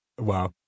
wow